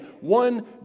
one